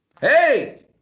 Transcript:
hey